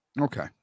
Okay